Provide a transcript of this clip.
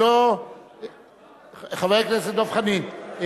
חבר הכנסת דב חנין,